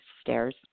stairs